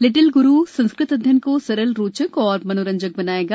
little Guru Sanskrit अध्ययन को सरल रोचक और मनोरंजक बनाएगा